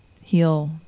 Heal